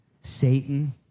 Satan